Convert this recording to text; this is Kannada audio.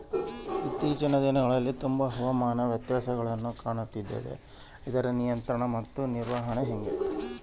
ಇತ್ತೇಚಿನ ದಿನಗಳಲ್ಲಿ ತುಂಬಾ ಹವಾಮಾನ ವ್ಯತ್ಯಾಸಗಳನ್ನು ಕಾಣುತ್ತಿದ್ದೇವೆ ಇದರ ನಿಯಂತ್ರಣ ಮತ್ತು ನಿರ್ವಹಣೆ ಹೆಂಗೆ?